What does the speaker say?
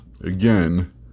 again